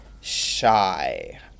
Shy